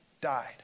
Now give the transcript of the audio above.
died